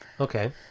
okay